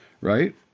Right